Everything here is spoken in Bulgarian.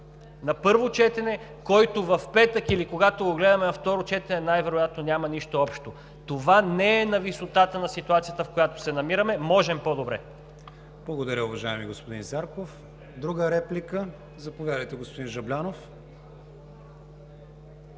на първо четене, който в петък, или когато го гледаме на второ четене, най-вероятно няма да има нищо общо. Това не е на висотата на ситуацията, в която се намираме, можем по-добре. ПРЕДСЕДАТЕЛ КРИСТИАН ВИГЕНИН: Благодаря, уважаеми господин Зарков. Друга реплика? Заповядайте, господин Жаблянов.